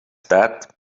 that